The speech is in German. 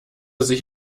sich